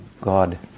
God